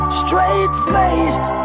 straight-faced